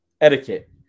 etiquette